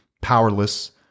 powerless